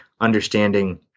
understanding